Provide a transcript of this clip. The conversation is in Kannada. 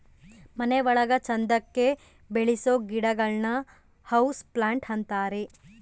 ಮನೆ ಒಳಗ ಚಂದಕ್ಕೆ ಬೆಳಿಸೋ ಗಿಡಗಳನ್ನ ಹೌಸ್ ಪ್ಲಾಂಟ್ ಅಂತಾರೆ